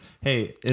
hey